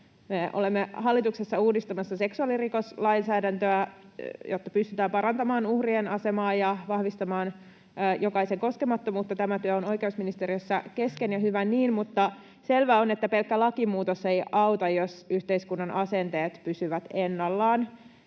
olemme hallituksessa uudistamassa seksuaalirikoslainsäädäntöä, jotta pystytään parantamaan uhrien asemaa ja vahvistamaan jokaisen koskemattomuutta. Tämä työ on oikeusministeriössä kesken, ja hyvä niin, mutta selvää on, että pelkkä lakimuutos ei auta, jos yhteiskunnan asenteet pysyvät ennallaan.